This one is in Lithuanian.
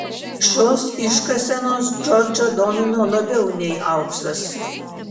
šios iškasenos džordžą domino labiau nei auksas